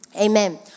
Amen